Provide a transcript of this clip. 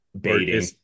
baiting